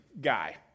guy